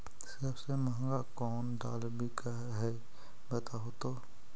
सबसे महंगा कोन दाल बिक है बताहु तो?